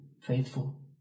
faithful